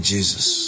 Jesus